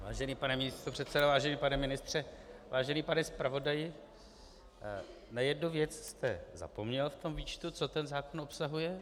Vážený pane místopředsedo, vážený pane ministře, vážený pane zpravodaji, na jednu věc jste zapomněl v tom výčtu, co ten zákon obsahuje.